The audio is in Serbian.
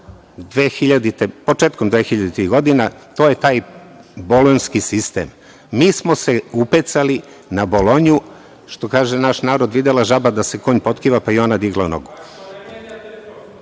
početkom 2000. godina, a to je taj bolonjski sistem. Mi smo se upecali na Bolonju, što kaže naš narod - videla žaba da se konj potkiva pa i ona digla